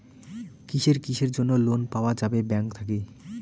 কিসের কিসের জন্যে লোন পাওয়া যাবে ব্যাংক থাকি?